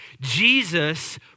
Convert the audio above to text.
Jesus